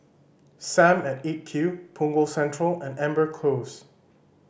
Sam at Eight Q Punggol Central and Amber Close